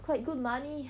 quite good money